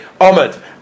Ahmed